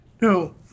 No